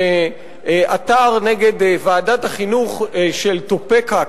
שעתר נגד ועדת החינוך של טופיקה,